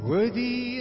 Worthy